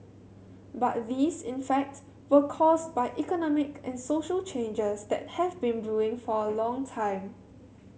but these in fact were caused by economic and social changes that have been brewing for a long time